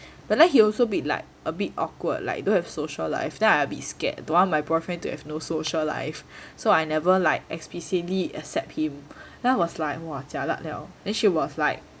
but he also bit like a bit awkward like don't have social life then I a bit scared don't want my boyfriend to have no social life so I never like explicitly accept him then I was like !wah! jialat liao then she was like